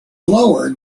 lower